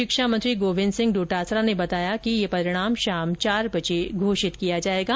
शिक्षा मंत्री गोविन्द सिंह डोटासरा ने बताया कि परिणाम शाम चार बजे घोषित किया जायेगा